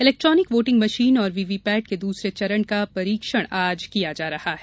electronic voting machine और VVPAT के दूसरे चरण का परीक्षण आज किया जायेगा